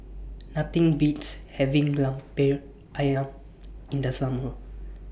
Nothing Beats having Lemper Ayam in The Summer